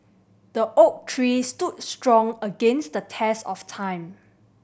the oak tree stood strong against the test of time